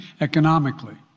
economically